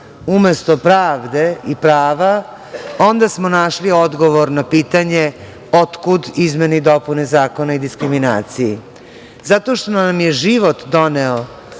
umesto pravde i prava, onda smo našli odgovor na pitanje – otkud izmene i dopune Zakona o diskriminaciji? Zato što nam je život doneo